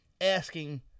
asking